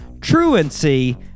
truancy